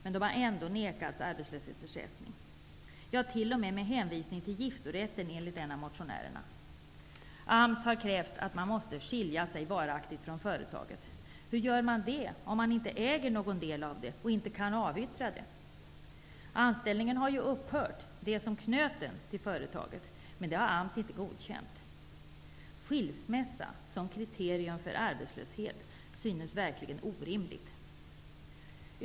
Men de har ändå nekats arbetslöshetsersättning, ja, t.o.m. med hänvisning till giftorätten enligt en av motionärerna. AMS har krävt att man måste skilja sig varaktigt från företaget. Hur gör man det om man inte äger någon del av det och inte kan avyttra det? Anställningen har ju upphört, det som knöt en till företaget. Men det har AMS inte godkänt. Skilsmässa som kriterium för arbetslöshet synes verkligen orimligt.